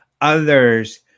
others